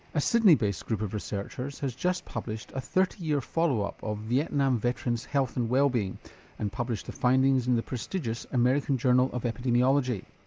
a sydney based group of researchers has just published a thirty year follow-up of vietnam veterans' health and wellbeing and published the findings in the prestigious american journal of epidemiology.